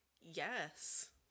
Yes